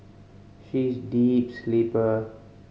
she is a deep sleeper